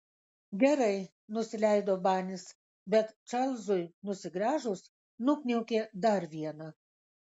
gerai nusileido banis bet čarlzui nusigręžus nukniaukė dar vieną